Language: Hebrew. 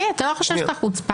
אתה לא חושב שאתה חוצפן?